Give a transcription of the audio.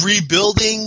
rebuilding